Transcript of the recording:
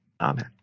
Amen